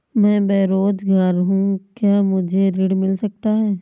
मैं बेरोजगार हूँ क्या मुझे ऋण मिल सकता है?